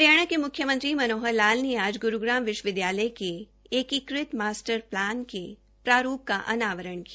हरियाणा के मुख्यमंत्री मनोहर लाल ने आज ग्रूग्राम विश्वविदयालय के एकीकृत मास्टर प्लान के प्रारूप का अनावरण किया